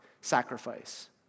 sacrifice